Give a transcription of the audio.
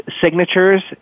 signatures